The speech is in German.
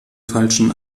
falschen